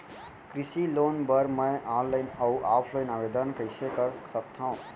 कृषि लोन बर मैं ऑनलाइन अऊ ऑफलाइन आवेदन कइसे कर सकथव?